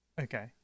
Okay